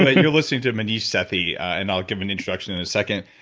you're listen to maneesh sethi and i'll give an introduction in a second.